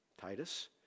Titus